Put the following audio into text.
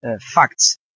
facts